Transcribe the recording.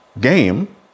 game